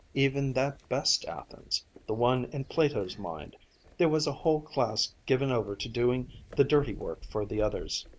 even that best athens, the one in plato's mind there was a whole class given over to doing the dirty work for the others.